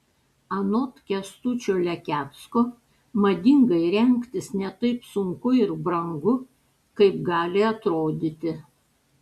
anot kęstučio lekecko madingai rengtis ne taip sunku ir brangu kaip gali atrodyti